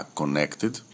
connected